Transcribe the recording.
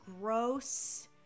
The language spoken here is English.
gross